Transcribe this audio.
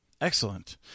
Excellent